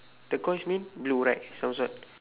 turquoise mean blue right some sort